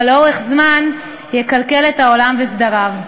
אבל לאורך זמן, יקלקל את העולם וסדריו.